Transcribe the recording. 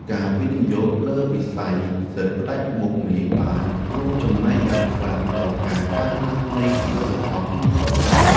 ការវិនិយោគលើវិស័យសិទ្ធិផ្តាច់មុខនេះបានរួមចំណែកយ៉ាងខ្លាំងដល់ការកើនឡើងនៃផលិតផលក្នុងស្រុកសរុប។